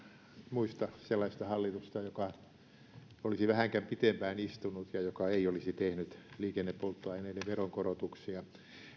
muista sellaista hallitusta joka olisi vähänkään pidempään istunut ja joka ei olisi tehnyt liikennepolttoaineiden veronkorotuksia